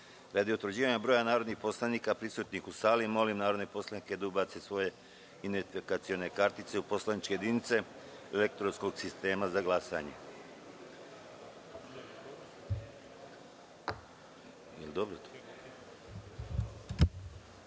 utvrđivanja broja narodnih poslanika prisutnih u sali, molim narodne poslanike da ubace svoje identifikacione kartice u poslaničke jedinice elektronskog sistema za